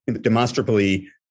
demonstrably